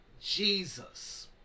Jesus